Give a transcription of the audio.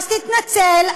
אז תתנצל,